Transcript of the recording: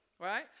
right